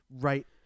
right